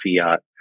fiat